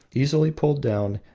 easily pulled down,